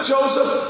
Joseph